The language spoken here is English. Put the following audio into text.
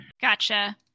Gotcha